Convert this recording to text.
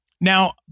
Now